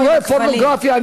שידורי פורנוגרפיה.